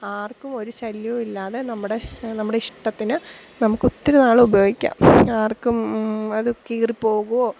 ആർക്കും ഒരു ശല്യവും ഇല്ലാതെ നമ്മുടെ നമ്മുടെ ഇഷ്ടത്തിന് നമുക്കൊത്തിരി നാൾ ഉപയോഗിക്കാം ആർക്കും അത് കീറിപ്പോകുമോ